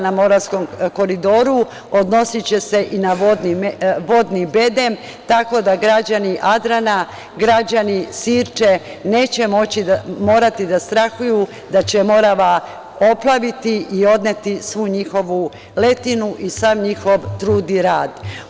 Na Moravskom koridoru 40 kilometara odnosiće se i na vodni bedem, tako da građani Adrana, građani Sirče neće morati da strahuju da će Morava oplaviti i odneti svu njihovu letinu i sav njihov trud i rad.